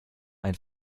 ein